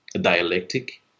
dialectic